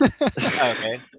Okay